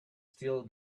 still